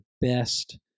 best